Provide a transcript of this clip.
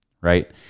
right